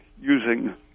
using